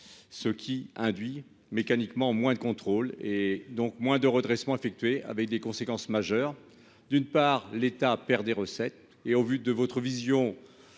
ce qui induit mécaniquement moins de contrôle et donc moins de redressement effectué avec des conséquences majeures: d'une part l'État perd des recettes, et au vu de votre vision